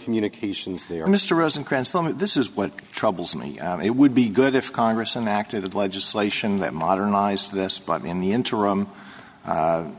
communications there mr rosenkranz this is what troubles me it would be good if congress and acted legislation that modernized this but in the interim